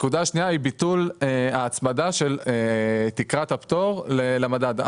השנייה היא ביטול ההצמדה של תקרת הפטור למדד.